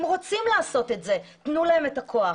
הם רוצים לעשות את זה, תנו להם את הכוח.